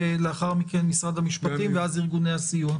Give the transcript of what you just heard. ולאחר מכן משרד המשפטים; ואז ארגוני הסיוע.